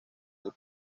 del